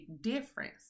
difference